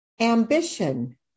Ambition